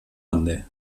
ande